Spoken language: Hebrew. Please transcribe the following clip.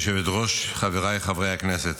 גברתי היושבת-ראש, חבריי חברי הכנסת,